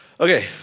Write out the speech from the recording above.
Okay